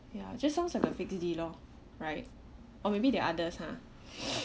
ya just sounds like a fixed D lor right or maybe there are others !huh!